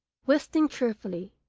whistling cheerfully.